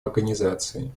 организации